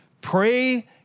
Pray